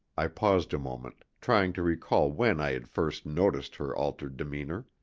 i paused a moment, trying to recall when i had first noticed her altered demeanour.